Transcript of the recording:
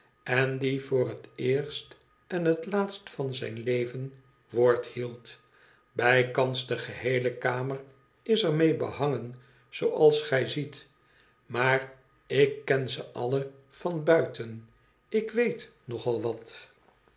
en die voor het eerst en het laatst van zijn leven woord hield bijkans de geheele kamer is er mee behangen zooals gij ziet maar ik ken ze alle van buiten ik weet nog al wat